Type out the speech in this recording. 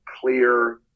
clear